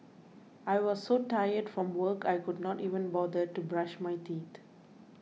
I was so tired from work I could not even bother to brush my teeth